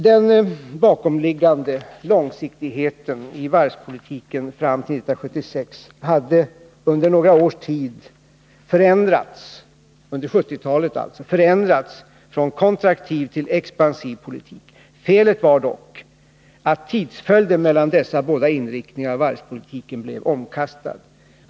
Den bakomliggande långsiktigheten i varvspolitiken fram till 1976 hade under några års tid förändrats från kontraktiv till expansiv politik. Skälet var dock att tidsföljden mellan dessa båda inriktningar av varvspolitiken blev omkastad.